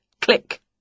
Click